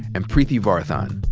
and preeti varathan.